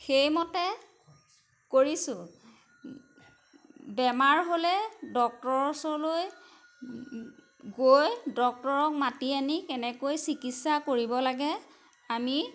সেইমতে কৰিছোঁ বেমাৰ হ'লে ডক্টৰ ওচৰলৈ গৈ ডক্তৰক মাতি আনি কেনেকৈ চিকিৎসা কৰিব লাগে আমি